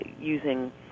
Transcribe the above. using